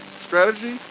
strategy